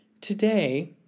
Today